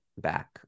back